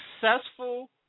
successful